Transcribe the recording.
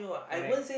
correct